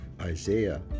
Isaiah